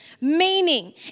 Meaning